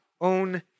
own